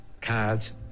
cards